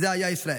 זה היה ישראל.